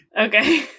Okay